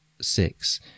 six